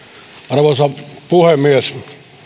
arvoisa puhemies